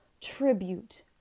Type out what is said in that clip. tribute